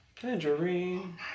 Tangerine